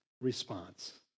response